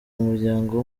muryango